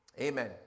Amen